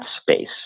space